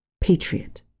Patriot